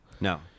No